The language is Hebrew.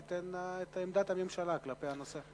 את עמדת הממשלה כלפי הנושא.